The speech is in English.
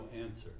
answer